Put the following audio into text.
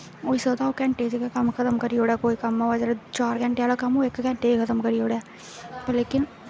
होई सकदा ओह् घैंटे च गै कम्म खत्म करी ओड़ै कोई कम्म चार घैंटे आह्ला कम्म ओह् इक घैंटे च गै खत्म करी ओड़ै पर लेकिन